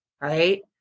Right